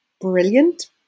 brilliant